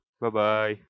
Bye-bye